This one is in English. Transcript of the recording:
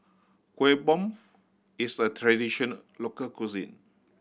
Kuih Bom is a tradition local cuisine